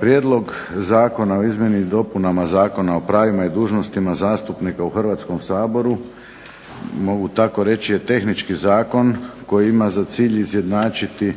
Prijedlog zakona o izmjenama i dopunama Zakona o pravima i dužnostima zastupnika u Hrvatskom saboru mogu tako reći je tehnički zakon koji ima za cilj izjednačiti